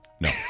No